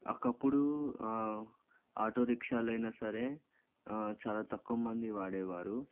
ఒకప్పుడు ఆటో రిక్షాలైనా సరే చాలా తక్కువ మంది వాడేవారు